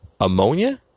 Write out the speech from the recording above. ammonia